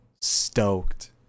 stoked